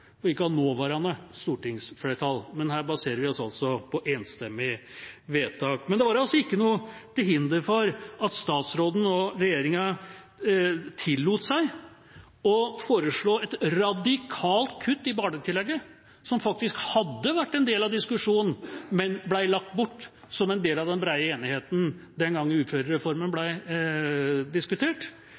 og ikke av det nåværende stortingsflertallet. Men her baserer vi oss altså på enstemmige vedtak. Men det var ikke noe til hinder for at statsråden og regjeringa tillot seg å foreslå et radikalt kutt i barnetillegget, som faktisk hadde vært en del av diskusjonen, men ble lagt bort som en del av den brede enigheten den gangen uførereformen ble diskutert.